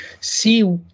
see